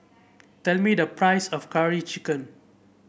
tell me the price of Curry Chicken